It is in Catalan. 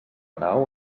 nau